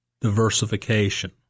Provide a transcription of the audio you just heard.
diversification